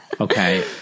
Okay